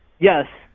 yes,